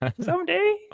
Someday